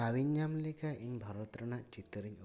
ᱫᱟᱣ ᱤᱧ ᱧᱟᱢ ᱞᱮᱠᱷᱟᱡ ᱤᱧ ᱵᱷᱟᱨᱚᱛ ᱨᱮᱱᱟᱜ ᱪᱤᱛᱟᱹᱨᱧ ᱩᱫᱩᱜᱟ